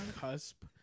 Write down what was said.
cusp